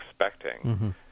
expecting